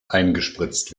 eingespritzt